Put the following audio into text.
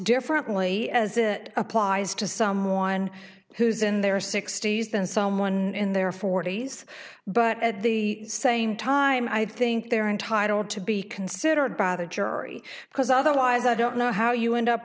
differently as it applies to someone who's in their sixty's than someone in their forty's but at the same time i think they're entitled to be considered by the jury because otherwise i don't know how you end up